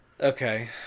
okay